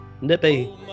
Nippy